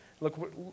Look